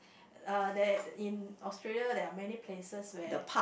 uh there in Australia there're many places where